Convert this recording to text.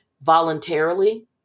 voluntarily